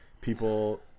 people